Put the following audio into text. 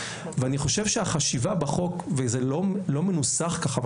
זה לא מנוסח ככה,